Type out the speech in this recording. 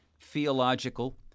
theological